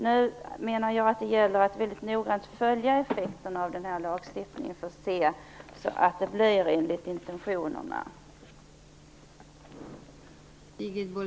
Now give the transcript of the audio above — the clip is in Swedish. Nu menar jag att det gäller att vi noggrant studerar effekterna av denna lagstiftning för att se att intentionerna följs.